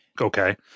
okay